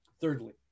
Thirdly